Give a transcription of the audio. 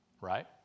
Right